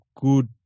good